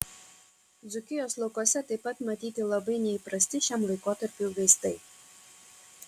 dzūkijos laukuose taip pat matyti labai neįprasti šiam laikotarpiui vaizdai